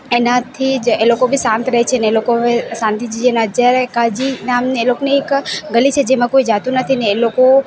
એનાથી જ એ લોકો બી શાંત રહે છે ને એ લોકોએ શાંતિથી જીવે ને અત્યારે કાઝી નામની એ લોકોની ગલી છે જેમાં કોઈ જતું નથી ને એ લોકો